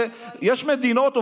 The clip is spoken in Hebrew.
יש מדינות,